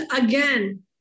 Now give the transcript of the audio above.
again